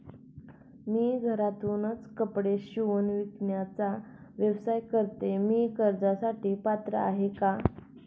मी घरातूनच कपडे शिवून विकण्याचा व्यवसाय करते, मी कर्जासाठी पात्र आहे का?